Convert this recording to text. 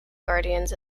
guardians